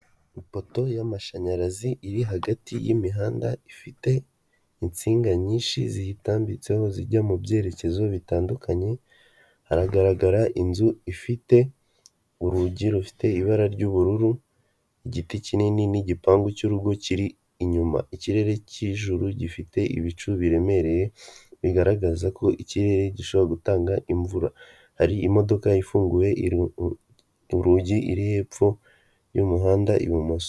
Ipoto y'amashanyarazi iri hagati y'imihanda ifite insinga nyinshi ziyitambitseho zijya mu byerekezo bitandukanye, hagaragara inzu ifite urugi rufite ibara ry'ubururu, igiti kinini n'igipangu cy'urugo kiri inyuma, ikirere k'ijuru gifite ibicu biremereye bigaragaza ko ikirere gishobora gutanga imvura. Hari imodoka ifunguye urugi iri hepfo y'umuhanda ibumoso.